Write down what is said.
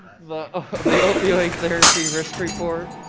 the ah the opioid therapy risk report,